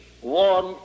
one